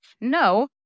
No